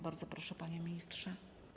Bardzo proszę, panie ministrze.